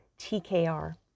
TKR